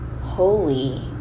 holy